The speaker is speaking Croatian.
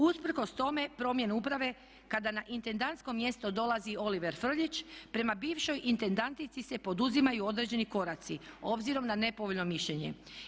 Usprkos tome promjenu uprave kada na intendantskom mjesto dolazi Oliver Frljić prema bivšoj intendantici se poduzimaju određeni koraci obzirom na nepovoljno mišljenje.